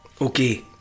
okay